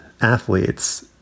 athletes